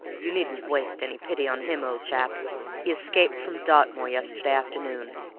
you needn't waste any pity on him, old chap he escaped from dartmoor yesterday afternoon.